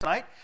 Tonight